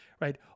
right